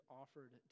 offered